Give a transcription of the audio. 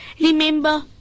Remember